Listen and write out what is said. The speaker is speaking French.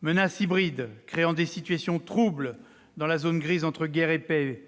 Menaces hybrides, créant des situations « troubles », dans la zone grise entre guerre et paix,